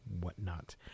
whatnot